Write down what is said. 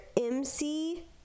mc